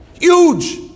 huge